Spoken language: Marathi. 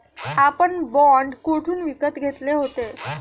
आपण बाँड कोठून विकत घेतले होते?